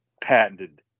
patented